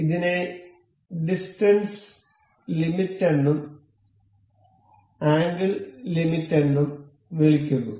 ഇതിനെ ഡിസ്റ്റൻസ് ലിമിറ്റെന്നും ആംഗിൾ ലിമിറ്റെന്നും വിളിക്കുന്നു